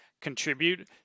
contribute